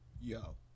Yo